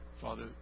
Father